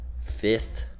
Fifth